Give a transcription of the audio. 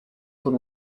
con